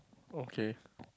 okay